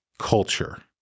culture